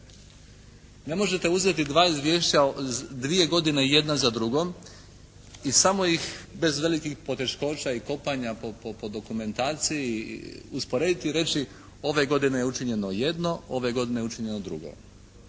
Ne možete uzeti dva izvješća dvije godine jedna za drugom i samo ih bez velikih poteškoća i kopanja po dokumentaciji usporediti i reći ove godine je učinjeno jedno, ove godine je učinjeno drugo.